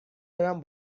برم